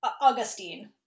augustine